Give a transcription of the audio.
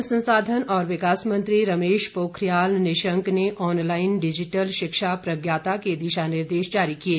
मानव संसाधन और विकास मंत्री रमेश पोखरियाल निशंक ने ऑनलाइन डिजिटल शिक्षा प्रज्ञाता के दिशानिर्देश जारी किये